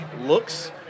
looks